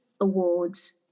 awards